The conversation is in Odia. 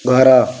ଘର